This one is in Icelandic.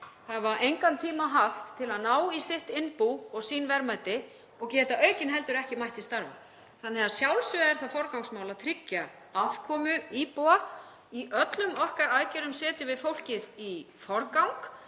hafa engan tíma haft til að ná í sitt innbú og sín verðmæti, geta aukinheldur ekki mætt til starfa. Þannig að að sjálfsögðu er það forgangsmál að tryggja afkomu íbúa. Í öllum okkar aðgerðum setjum við fólkið í forgang,